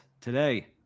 today